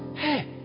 Hey